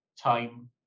time